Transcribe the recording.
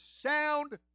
sound